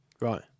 Right